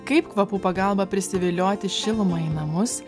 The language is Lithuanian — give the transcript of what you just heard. kaip kvapų pagalba prisivilioti šilumą į namus